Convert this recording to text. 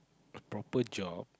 a proper job